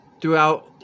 throughout